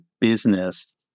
business